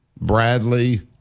Bradley